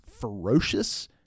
ferocious